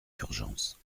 d’urgence